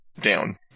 down